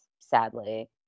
sadly